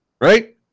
right